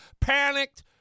panicked